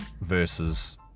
versus